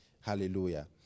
Hallelujah